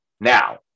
now